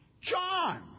John